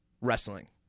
wrestling